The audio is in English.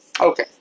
Okay